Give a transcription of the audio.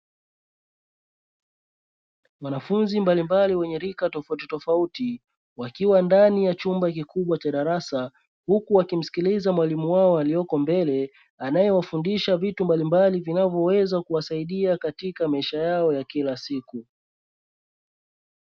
Wanafunzi mbalimbali wenye rika tofauti tofauti wakiwa ndani ya chumba kikubwa cha darasa, huku wakimsikiliza mwalimu wao alioko mbele anayewafundisha vitu mbalimbali vinavyoweza kuwasaidia katika maisha yao ya kila siku.